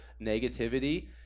negativity